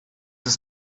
ist